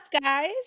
guys